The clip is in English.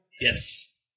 Yes